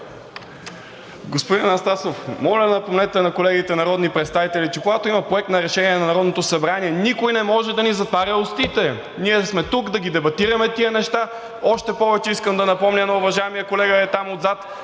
Господин Анастасов, моля, напомнете на колегите народни представители, че когато има проект на решение на Народното събрание, никой не може да ни затваря устите. Ние сме тук да ги дебатираме тези неща. Още повече, искам да напомня на уважаемия колега ей там отзад,